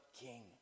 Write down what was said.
king